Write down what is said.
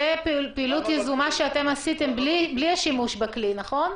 זו פעילות יזומה שעשיתם בלי השימוש בכלי, נכון?